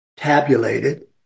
tabulated